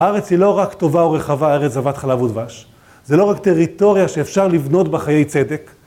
ארץ היא לא רק טובה ורחבה ארץ זבת חלב ודבש, זה לא רק טריטוריה שאפשר לבנות בה חיי צדק.